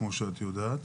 כמו שאת יודעת.